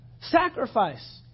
Sacrifice